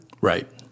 Right